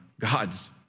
God's